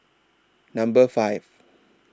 Number five